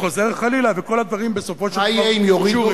וחוזר חלילה, וכל הדברים בסופו של דבר קשורים.